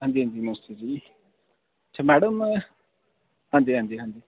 अंजी अंजी नमस्ते जी अच्छा मैडम में आं जी आं जी